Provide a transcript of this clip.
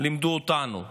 לימדו אותנו.